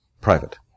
private